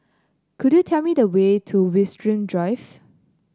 could you tell me the way to Winstedt Drive